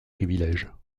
privilèges